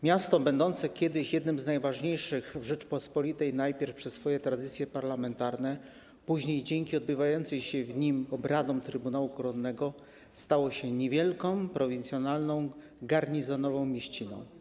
Miasto będące kiedyś jednym z najważniejszych w Rzeczypospolitej, najpierw przez swoje tradycje parlamentarne, później dzięki odbywającym się w nim obradom Trybunału Koronnego stało się niewielką, prowincjonalną, garnizonową mieściną.